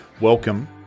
welcome